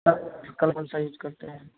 आप कलर कौन सा यूज़ करते हैं